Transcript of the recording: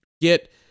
get